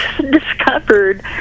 discovered